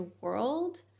world